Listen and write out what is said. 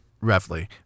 Roughly